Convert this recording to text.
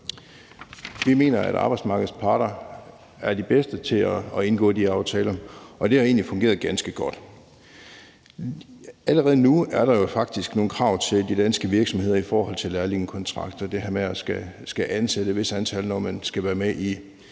Vi mener, at arbejdsmarkedets parter er de bedste til at indgå de aftaler, og det har egentlig fungeret ganske godt. Allerede nu er der jo faktisk nogle krav til de danske virksomheder i forhold til lærlingekontrakter, og det er det her med, at man skal ansætte et vist antal, når man skal være med i